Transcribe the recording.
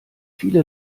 viele